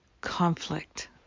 conflict